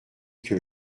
que